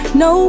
no